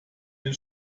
den